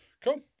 cool